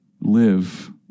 live